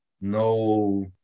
No